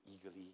eagerly